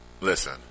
Listen